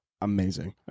amazing